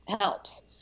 helps